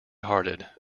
hearted